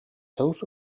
seus